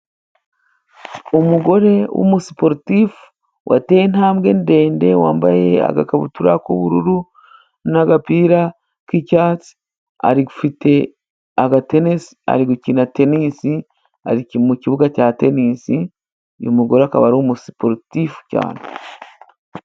Umugore w’umusiporutifu，wateye intambwe ndende wambaye agakabutura k'ubururu， n'agapira k'icyatsi，afite agatenesi， ari gukina tenisi， ari mu kibuga cya tenisi， uyu mugore akaba ari umusiporutifu cyane.